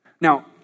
Now